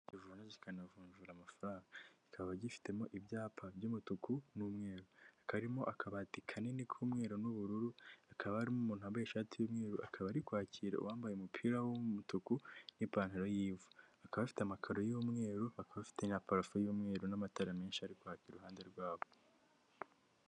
Telefone zivunja zikanavunjura amafaranga kikaba gifitemo ibyapa by'umutuku n'umweru karimo akabati kanini k'umweru n'ubururu akaba arimo umuntu wambaye ishati y'umweru akaba ari kwakira uwambaye umupira w'umutuku n'ipantaro y'ivu . Akaba afite amakaro y'umweru akaba afite na parufe y'umweru n'amatara menshi ari kwakira iruhande rwabo.